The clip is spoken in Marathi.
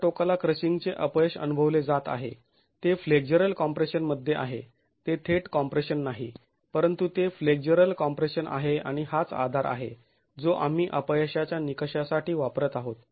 या टोकाला क्रशिंगचे अपयश अनुभवले जात आहे ते फ्लेक्झरल कॉम्प्रेशन मध्ये आहे ते थेट कॉम्प्रेशन नाही परंतु ते फ्लेक्झरल कॉम्प्रेशन आहे आणि हाच आधार आहे जो आम्ही अपयशाच्या निकषा साठी वापरत आहोत